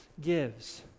gives